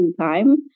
time